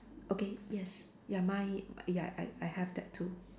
okay yes ya mine ya I I have that too